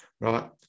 right